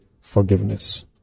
forgiveness